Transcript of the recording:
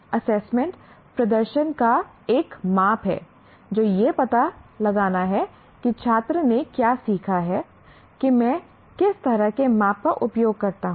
assessment प्रदर्शन का एक माप है जो यह पता लगाना है कि छात्र ने क्या सीखा है कि मैं किस तरह के माप का उपयोग करता हूं